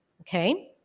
okay